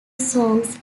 songs